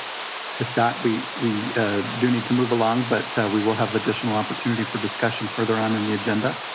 with that, we we do need to move along. but we will have additional opportunity for discussion further on in the agenda.